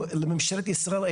לממשלת ישראל,